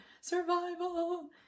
Survival